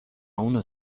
اونو